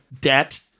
debt